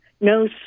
No